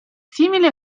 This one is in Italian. simile